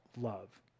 love